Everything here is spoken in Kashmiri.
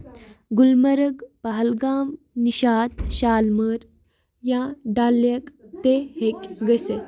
گُلمَرٕگ پہلگام نِشات شالہٕ مور یا ڈل لیک تہِ ہیٚکہِ گٔژھِتھ